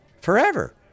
forever